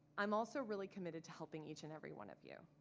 i'm also really committed to helping each and every one of you.